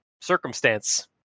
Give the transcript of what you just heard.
circumstance